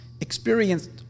experienced